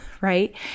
right